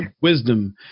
wisdom